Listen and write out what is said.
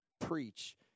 preach